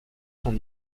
son